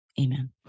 amen